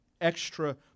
extra